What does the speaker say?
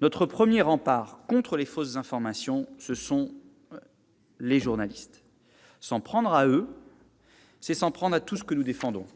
Notre premier rempart contre les fausses informations, ce sont les journalistes. S'en prendre à eux, c'est s'en prendre à tout ce que nous défendons.